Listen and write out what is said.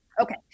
Okay